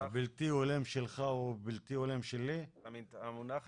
אם זה